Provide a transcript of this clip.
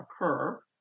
occur